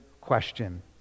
question